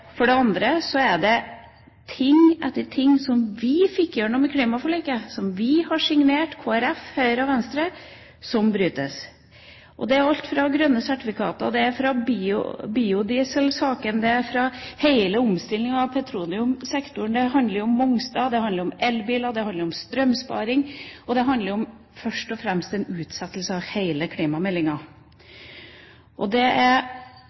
For det andre er det ting etter ting som vi fikk igjennom i klimaforliket, som vi – Kristelig Folkeparti, Høyre og Venstre – har signert og som brytes. Det handler om alt fra grønne sertifikater til biodieselsaken, det handler om hele omstillingen av petroleumssektoren, det handler om Mongstad, det handler om elbiler, det handler om strømsparing, og det handler først og fremst om en utsettelse av hele klimameldingen. Det er